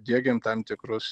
diegiam tam tikrus